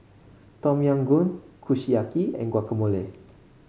Tom Yam Goong Kushiyaki and Guacamole